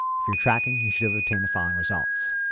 if you're tracking, you should have obtained the following results.